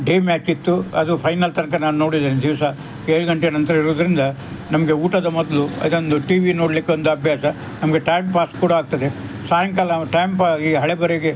day match ಇತ್ತು ಅದು final ತನಕ ನಾನು ನೋಡಿದ್ದೇನೆ ದಿವಸ ಏಳು ಗಂಟೆ ನಂತರ ಇರೋದರಿಂದ ನಮಗೆ ಊಟದ ಮೊದಲು ಅದೊಂದು ಟಿ ವಿ ನೋಡಲಿಕ್ಕೆ ಒಂದು ಅಭ್ಯಾಸ ನಮಗೆ ಟೈಮ್ ಪಾಸ್ ಕೂಡ ಆಗ್ತದೆ ಸಾಯಂಕಾಲ ಟೈಮ್ ಪಾ ಈ ಹಳಬರಿಗೆ